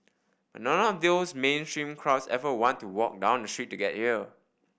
but none of those mainstream crowds ever want to walk down the street to get here